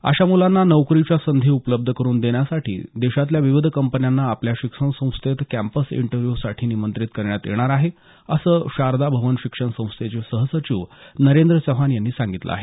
अशा मुलांना नोकरीच्या संधी उपलब्ध करून देण्यासाठी देशातल्या विविध कंपन्यांना आपल्या शिक्षणसंस्थेत कॅम्पस इंटरव्ह्यूसाठी निमंत्रित करण्यात येणार आहे असं शारदा भवन शिक्षण संस्थेचे सहसचिव नरेंद्र चव्हाण यांनी सांगितलं आहे